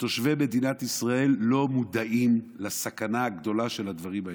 שתושבי מדינת ישראל לא מודעים לסכנה הגדולה של הדברים האלה.